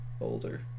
older